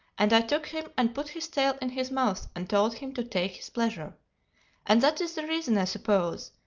and i took him and put his tail in his mouth and told him to take his pleasure and that is the reason, i suppose,